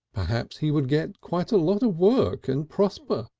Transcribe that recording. perhaps he would get quite a lot of work and prosper,